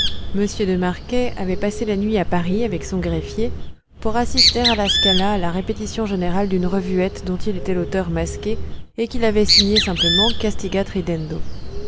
greffier m de marquet avait passé la nuit à paris avec son greffier pour assister à la scala à la répétition générale d'une revuette dont il était l'auteur masqué et qu'il avait signée simplement